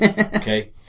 okay